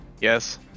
Yes